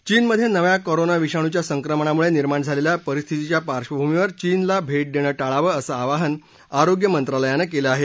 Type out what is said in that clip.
चीनमध्ये नव्या कॉरोना विषाणूच्या संक्रमणामुळे निर्माण झालेल्या परिस्थितीच्या पार्श्वभूमीवर चीनला भेट देणं टाळावं असं आवाहन आरोग्य मंत्रालयानं केलं आहे